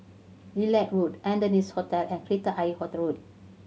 Lilac Road Adonis Hotel and Kreta Ayer Road